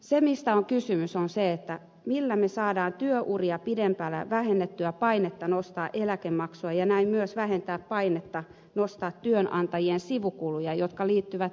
se mistä on kysymys on se millä me saamme työuria pidentämällä vähennetyksi painetta nostaa eläkemaksuja ja näin myös vähennetyksi painetta nostaa työnantajien sivukuluja jotka liittyvät meidän kilpailukykyymme